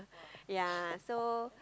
ya so